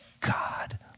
God